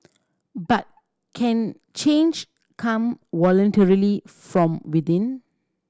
but can change come voluntarily from within